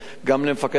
כמה כתבי אישום?